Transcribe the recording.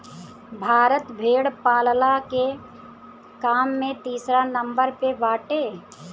भारत भेड़ पालला के काम में तीसरा नंबर पे बाटे